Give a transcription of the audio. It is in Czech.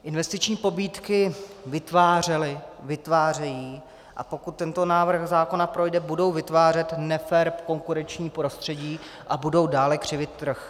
Investiční pobídky vytvářely, vytvářejí, a pokud tento návrh zákona projde, budou vytvářet nefér konkurenční prostředí a budou dále křivit trh.